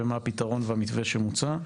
ומה הפתרון והמתווה שמוצע.